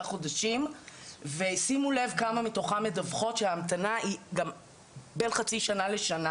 חודשים ושימו לב כמה מתוכן מדווחות שההמתנה היא גם בין חצי שנה לשנה.